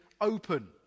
open